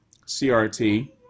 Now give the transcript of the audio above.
CRT